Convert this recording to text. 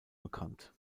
bekannt